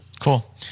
Cool